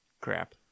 crap